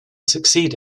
succeed